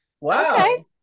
Wow